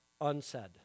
unsaid